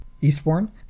Eastbourne